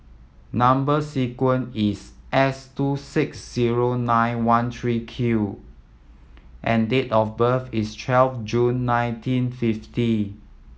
number sequence is S two six zero nine one three Q and date of birth is twelve June nineteen fifty